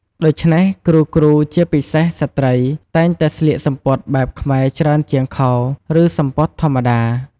ដូច្នេះ គ្រូៗជាពិសេសស្ត្រីតែងតែស្លៀកសំពត់បែបខ្មែរច្រើនជាងខោ ឬ សំពត់ធម្មតា។